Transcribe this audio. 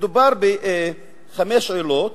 מדובר בחמש עילות,